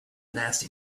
nasty